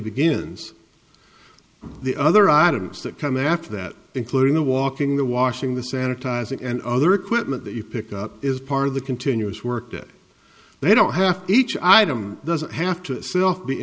begins the other items that come after that including the walking the washing the sanitizing and other equipment that you pick up is part of the continuous work that they don't have each item doesn't have to sel